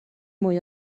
mwy